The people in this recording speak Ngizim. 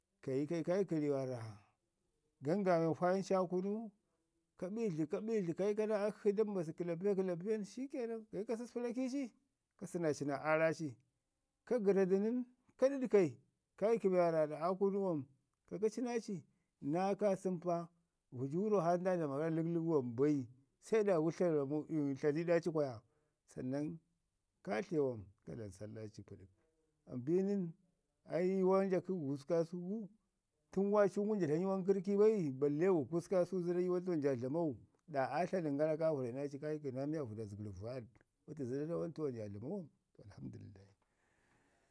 kayi kai- kai ki ri waarra gangaamin faayin ci aa kunu, ka ɓiidli, ka ɓiidli, kai ka naa akshi da mbasu kəlappiya, kəlappiya nən shi kenan, kayi ko saspi raki ci, ka sənaaci aaza ci. Ka gərradu nən, ka ɗaɗkai, kai ki be waarra aa kunu wam. Ko kaci naa ci. Naa kaasən pa vəju rro hara nda dlama gara ləklək wam bai, seɗa gu tlani ɗa ci kwaya sannan kaa tle man ka dlami salla ci kə pədək pi nən ai yuwan ja kə gusku kaasau gu, tən waaci ngum ja dlam yuwan kə kirrki bai balle gusku kaasau zada yuwan tuwan ja dlamau? Da aa tlanən gara ka vərayi naa ci ka iki naa miya vəda zəgər vaɗ. Wate zada yuwan tawan ja dlamau? Alhamdulillah.